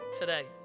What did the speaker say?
today